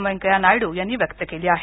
व्यंकय्या नायडू यांनी व्यक्त केली आहे